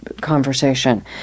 conversation